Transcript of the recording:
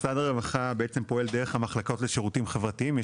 משרד הרווחה פועל דרך המחלקות לשירותים חברתיים,